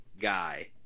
guy